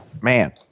Man